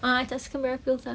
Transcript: um filzah